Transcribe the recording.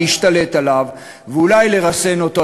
להשתלט עליו ואולי לרסן אותו,